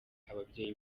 ababyeyi